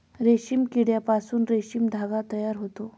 रेशीम किड्यापासून रेशीम धागा तयार होतो